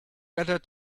better